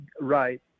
right